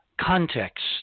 Context